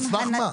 על סמך מה?